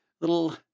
little